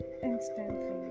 instantly